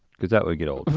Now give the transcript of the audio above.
cause that would get old.